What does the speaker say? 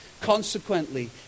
Consequently